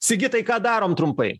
sigitai ką darom trumpai